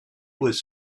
was